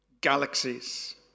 galaxies